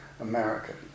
American